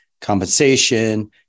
compensation